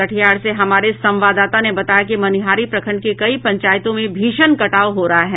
कटिहार से हमारे संवाददाता ने बताया है कि मनिहारी प्रखंड के कई पंचायतों में भीषण कटाव हो रहा है